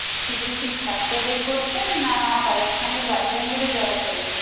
শুধু কি ছাত্রদের করছেন না তাদের সঙ্গে গার্জেনদেরও যাওয়া চলবে